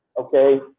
okay